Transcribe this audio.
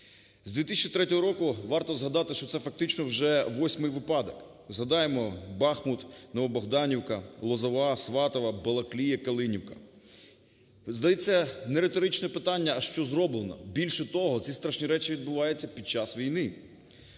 З 2003 року варто згадати, що це фактично вже восьмий випадок. ЗгадаємоБахмут, Новобогданівка, Лозова, Сватове, Балаклія, Калинівка. Здається, не риторичне питання, а що зроблено. Більше того, ці страшні речі відбуваються під час війни.